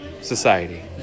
society